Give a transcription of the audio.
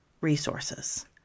resources